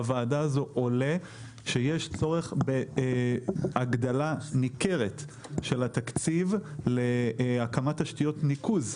בוועדה הזו עולה שיש צורך בהגדלה ניכרת של התקציב להקמת תשתיות ניקוז,